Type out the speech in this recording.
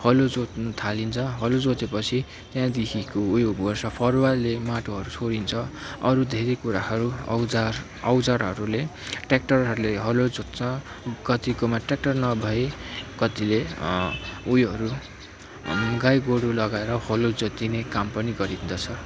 हलो जोत्नु थालिन्छ हलो जोतेपछि त्यहाँदेखिको उयो गर्छ फरुवाले माटोहरू सोरिन्छ अरू धेरै कुराहरू औजार औजारहरूले ट्याक्टरहरूले हलो जोत्छ कतिकोमा ट्याक्टर नभए कतिले उयोहरू गाई गोरु लगाएर हलो जोतिने काम पनि गरिँदछ